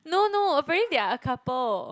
no no apparently they are a couple